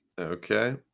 Okay